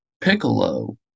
Piccolo